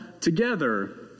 together